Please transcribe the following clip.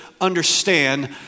understand